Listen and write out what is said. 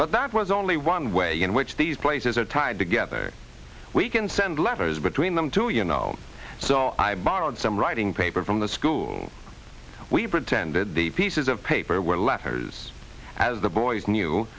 but that was only one way in which these places are tied together we can send letters between them too you know so i borrowed some writing paper from the school we pretended the pieces of paper were letters as the boys knew